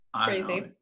crazy